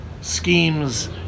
schemes